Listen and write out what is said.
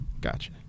gotcha